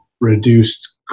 reduced